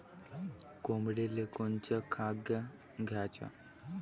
कोंबडीले कोनच खाद्य द्याच?